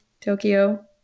Tokyo